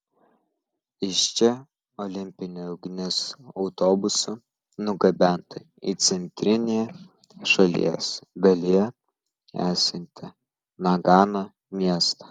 iš čia olimpinė ugnis autobusu nugabenta į centrinėje šalies dalyje esantį nagano miestą